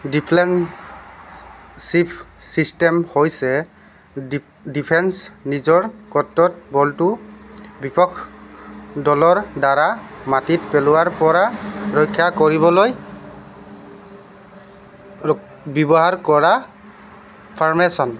defensive system হৈছে ডি ডিফেন্সে নিজৰ ক'ৰ্টত বলটো বিপক্ষ দলৰ দ্বাৰা মাটিত পেলোৱাৰ পৰা ৰক্ষা কৰিবলৈ ৰ ব্যৱহাৰ কৰা ফৰ্মেশ্যন